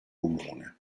comune